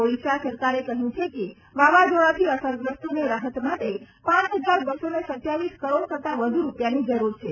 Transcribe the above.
ઓડીશા સરકારે કહયું છે કે વાવાઝોડાથી અસરગ્રસ્તોને રાહત માટે પાંચ હજાર બસો સતાવીસ કરોડ કરતાં વધુ રૂપિયાની જરૂર છે